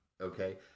okay